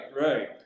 right